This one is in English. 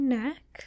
neck